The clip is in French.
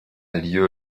lieu